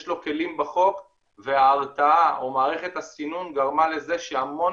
יש לו כלים בחוק וההרתעה או מערכת הסינון גרמה לזה שהמון